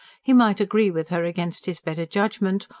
he might agree with her against his better judgment,